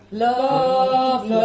love